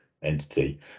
entity